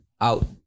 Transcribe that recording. Out